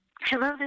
Hello